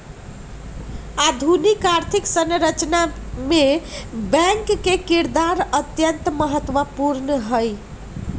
आधुनिक आर्थिक संरचना मे बैंक के किरदार अत्यंत महत्वपूर्ण हई